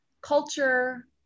culture